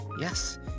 Yes